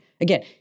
Again